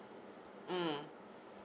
mm